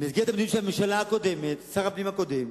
במסגרת הנתונים של הממשלה הקודמת, שר הפנים הקודם.